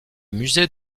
musée